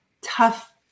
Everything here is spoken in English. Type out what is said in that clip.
tough